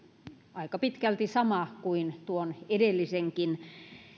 aika pitkälti sama kuin tuon edellisenkin